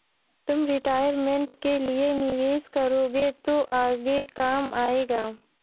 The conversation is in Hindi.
तुम रिटायरमेंट के लिए निवेश करोगे तो आगे काम आएगा